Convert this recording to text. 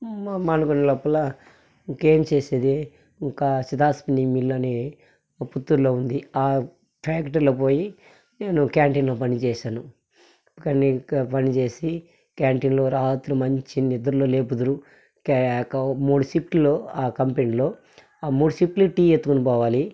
మా అనుకునే లోపల ఇంకా ఏం చేసేది ఇంకా సిదాసిని మిల్ అని పుత్తూరులో ఉంది ఆ ఫ్యాక్టరీలోకి పోయి నేను క్యాంటీన్లో పని చేశాను కానీ క్యాంటీన్లో పనిచేసి క్యాంటీన్లో రాత్రి మంచి నిద్రలో లేపుదురు కే కా మూడు షిఫ్ట్లో ఆ కంపెనీలో ఆ మూడు షిఫ్ట్లో టీ ఎత్తుకొని పోవాలి